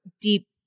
deep